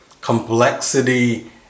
Complexity